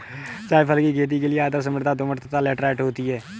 जायफल की खेती के लिए आदर्श मृदा दोमट तथा लैटेराइट होती है